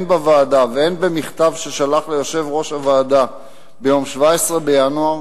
הן בוועדה והן במכתב ששלח ליושב-ראש הוועדה ביום 17 בינואר,